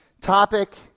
topic